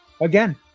again